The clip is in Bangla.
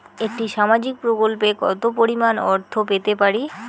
একটি সামাজিক প্রকল্পে কতো পরিমাণ অর্থ পেতে পারি?